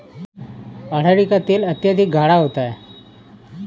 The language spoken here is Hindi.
अरंडी का तेल अत्यधिक गाढ़ा होता है